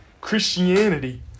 Christianity